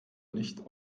nicht